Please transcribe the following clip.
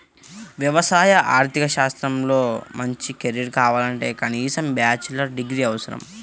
వ్యవసాయ ఆర్థిక శాస్త్రంలో మంచి కెరీర్ కావాలంటే కనీసం బ్యాచిలర్ డిగ్రీ అవసరం